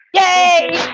yay